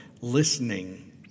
listening